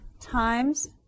times